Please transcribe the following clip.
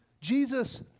Jesus